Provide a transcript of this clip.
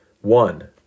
One